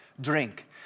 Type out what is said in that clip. drink